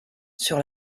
sur